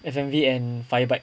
F_M_V and fire bike